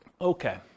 Okay